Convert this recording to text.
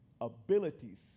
abilities